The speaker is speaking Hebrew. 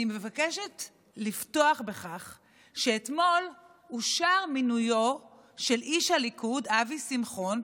אני מבקשת לפתוח בכך שאתמול אושר מינויו של איש הליכוד אבי שמחון,